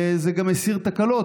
זה גם מסיר תקלות,